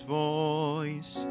voice